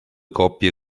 coppie